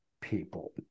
people